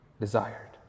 desired